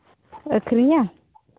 ᱟᱹᱠᱷᱨᱤᱧᱟ